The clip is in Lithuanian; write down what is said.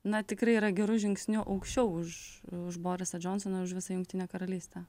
na tikrai yra geru žingsniu aukščiau už už borisą džonsoną už visą jungtinę karalystę